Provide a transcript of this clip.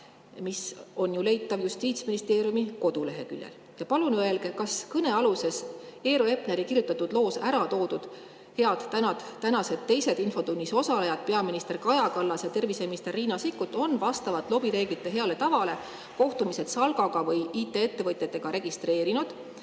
mis on leitav Justiitsministeeriumi koduleheküljelt. Palun öelge, kas kõnealuses Eero Epneri kirjutatud loos ära toodud head tänased teised infotunnis osalejad, peaminister Kaja Kallas ja terviseminister Riina Sikkut, on vastavalt lobireeglite heale tavale kohtumised Salgaga või IT-ettevõtjatega registreerinud.